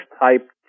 type